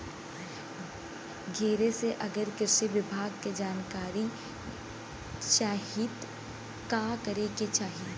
घरे से अगर कृषि विभाग के जानकारी चाहीत का करे के चाही?